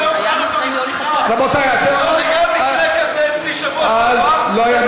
לא, לא, לא, אני לא מוכן, אדוני.